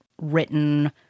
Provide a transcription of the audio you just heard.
written